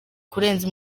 kurenza